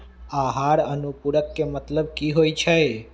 आहार अनुपूरक के मतलब की होइ छई?